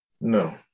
No